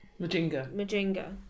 Majinga